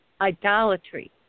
idolatry